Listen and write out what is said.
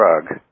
drug